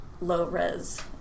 low-res